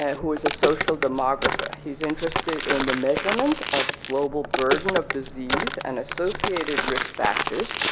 who is a social demographer, he's interested in the measurement of global burden of disease and associated risk factors,